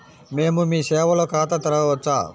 మేము మీ సేవలో ఖాతా తెరవవచ్చా?